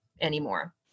anymore